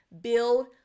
build